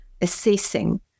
assessing